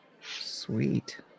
Sweet